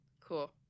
Cool